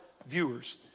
Viewers